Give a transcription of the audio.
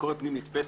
ביקורת פנים נתפסת,